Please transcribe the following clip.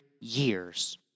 years